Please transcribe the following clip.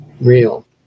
real